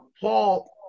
Paul